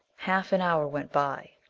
half an hour went by.